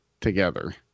together